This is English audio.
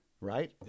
Right